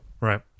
right